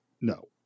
no